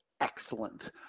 excellent